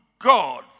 God